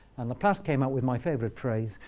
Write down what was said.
and laplace came up with my favorite phrase,